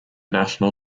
national